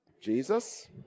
Jesus